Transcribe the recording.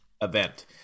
event